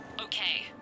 Okay